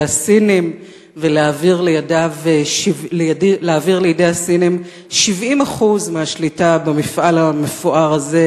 הסינים ולהעביר לידי הסינים 70% מהשליטה במפעל המפואר הזה,